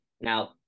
Now